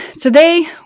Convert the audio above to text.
today